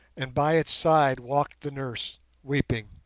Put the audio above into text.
and by its side walked the nurse weeping.